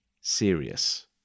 serious